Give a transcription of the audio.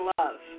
love